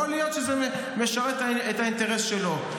יכול להיות שזה משרת את האינטרס שלו.